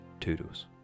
Toodles